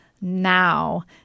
now